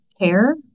care